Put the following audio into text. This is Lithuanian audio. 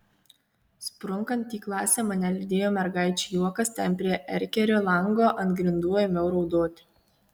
sprunkant į klasę mane lydėjo mergaičių juokas ten prie erkerio lango ant grindų ėmiau raudoti